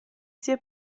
sia